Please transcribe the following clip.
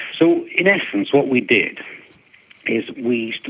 so in essence what we did is we,